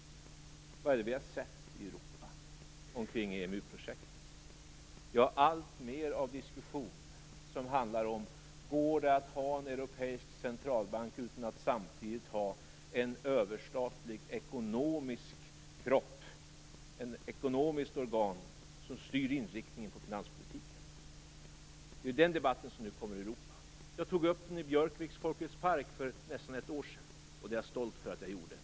Vad är det vi har sett i Europa omkring EMU-projektet? Jo, alltmer av diskussion som handlar om det går att ha en europeisk centralbank utan att samtidigt ha en överstatlig ekonomisk kropp, ett ekonomiskt organ, som styr inriktningen på finanspolitiken. Det är ju den debatten som nu kommer i Europa. Jag tog upp den i Björkviks Folkets Park för nästan ett år sedan, och det är jag stolt över att jag gjorde.